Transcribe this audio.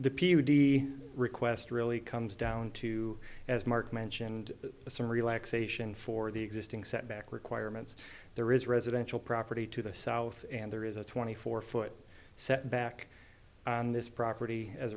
be request really comes down to as mark mentioned some relaxation for the existing setback requirements there is residential property to the south and there is a twenty four foot setback on this property as